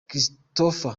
christopher